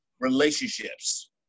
relationships